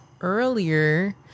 earlier